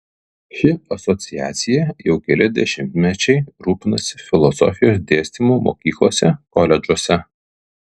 ši asociacija jau keli dešimtmečiai rūpinasi filosofijos dėstymu mokyklose koledžuose